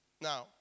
Now